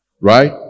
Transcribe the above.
Right